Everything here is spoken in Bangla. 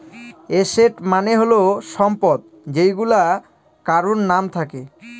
এসেট মানে হল সম্পদ যেইগুলা কারোর নাম থাকে